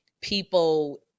people